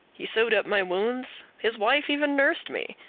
he sewed up my wounds his wife even nursed me.